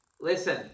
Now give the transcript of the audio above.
Listen